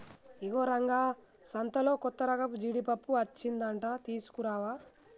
ఇగో రంగా సంతలో కొత్తరకపు జీడిపప్పు అచ్చిందంట తీసుకురావా